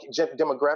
demographic